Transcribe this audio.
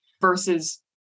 versus